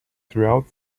throughout